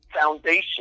foundation